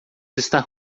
estar